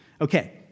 Okay